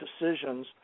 decisions